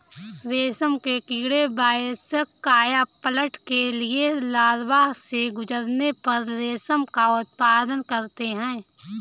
रेशम के कीड़े वयस्क कायापलट के लिए लार्वा से गुजरने पर रेशम का उत्पादन करते हैं